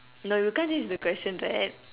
no because this is the question right